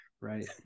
right